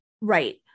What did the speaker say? Right